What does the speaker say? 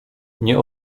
nie